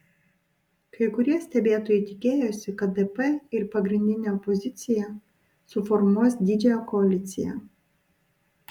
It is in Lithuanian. kai kurie stebėtojai tikėjosi kad dp ir pagrindinė opozicija suformuos didžiąją koaliciją